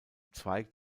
zweig